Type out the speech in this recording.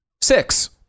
six